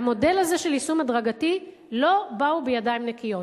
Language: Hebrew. והמודל הזה של יישום הדרגתי, לא באו בידיים נקיות.